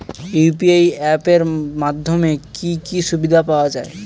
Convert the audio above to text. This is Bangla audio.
ইউ.পি.আই অ্যাপ এর মাধ্যমে কি কি সুবিধা পাওয়া যায়?